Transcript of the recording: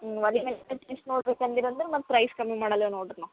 ಹ್ಞೂ ಒಲೆ ಮೇಲೆ ಟೇಸ್ಟ್ ನೋಡ್ಬೇಕು ಅಂದಿರ ಅಂದ್ರ ಮತ್ತು ಪ್ರೈಝ್ ಕಮ್ಮಿ ಮಾಡಲ್ಲ ನೋಡ್ರಿ ನಾವು